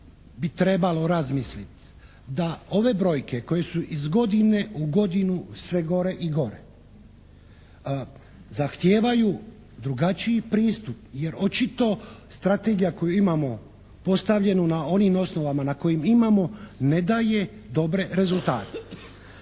bi trebalo razmisliti da ove brojke koje su iz godine u godinu sve gore i gore zahtijevaju drugačiji pristup jer očito strategija koju imamo postavljeno na onim osnovama na kojim imamo ne daje dobre rezultate.